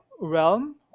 realm